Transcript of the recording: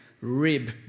rib